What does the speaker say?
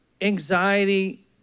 anxiety